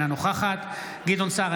אינה נוכחת גדעון סער,